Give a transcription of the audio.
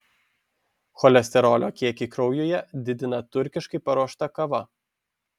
cholesterolio kiekį kraujuje didina turkiškai paruošta kava